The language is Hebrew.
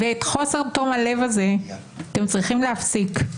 ואת חוסר תום הלב הזה אתם צריכים להפסיק.